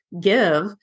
give